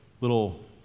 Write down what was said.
little